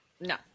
No